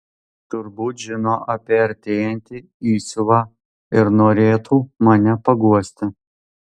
turbūt žino apie artėjantį įsiuvą ir norėtų mane paguosti